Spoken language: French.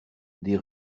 des